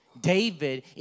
David